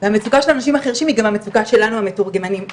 והמצוקה של האנשים החרשים היא גם המצוקה שלנו המתורגמנים.